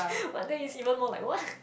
my dad is even more like what